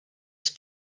ich